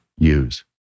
Use